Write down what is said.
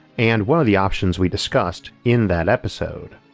and one of the options we discussed in that episode.